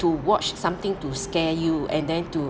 to watch something to scare you and then to